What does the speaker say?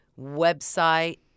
website